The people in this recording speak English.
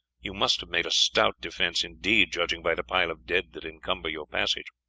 you must have made a stout defence indeed, judging by the pile of dead that encumber your passage.